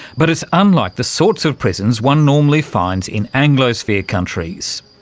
but it's unlike the sorts of prisons one normally finds in anglosphere countries.